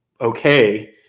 okay